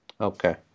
Okay